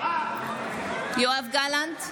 יואב גלנט,